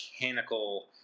mechanical